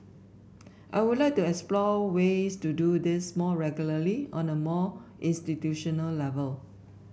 I would like to explore ways to do this more regularly on a more institutional level